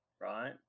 right